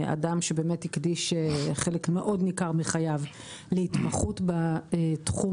אדם שבאמת הקדיש חלק מאוד ניכר מחייו להתמחות בתחום